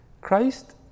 Christ